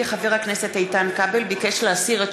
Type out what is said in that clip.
כי חבר הכנסת איתן כבל ביקש להסיר את